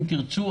אם תרצו,